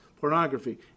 pornography